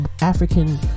African